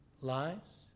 lives